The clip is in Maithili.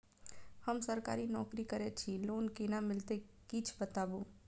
हम सरकारी नौकरी करै छी लोन केना मिलते कीछ बताबु?